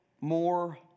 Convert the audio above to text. more